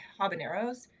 Habaneros